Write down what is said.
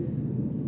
mm